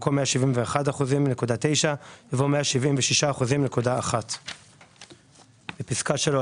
במקום "171.9%" יבוא "176.1%"; בפסקה (3),